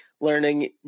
learning